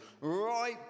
right